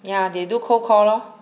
yeah they do cold call lor